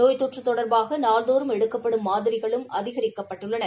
நோய் தொற்று தொடர்பாக நாள்தோறும் எடுக்கப்படும் மாதிரிகளும் அதிகரிக்கப்பட்டுள்ளன